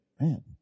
man